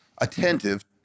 attentive